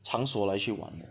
藏所来去玩的